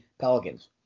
Pelicans